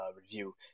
review